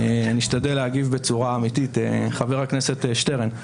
אני אשתדל להגיב בצורה אמיתית, חבר הכנסת שטרן,